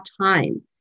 time